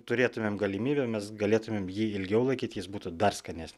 turėtumėm galimybę mes galėtumėm jį ilgiau laikyt jis būtų dar skanesnis